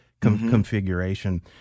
configuration